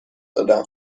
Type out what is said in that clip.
دادم